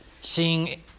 seeing